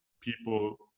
people